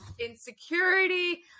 insecurity